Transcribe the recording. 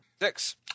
Six